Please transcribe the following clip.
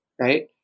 right